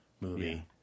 movie